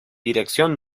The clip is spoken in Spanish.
dirección